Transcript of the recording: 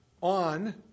on